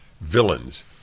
villains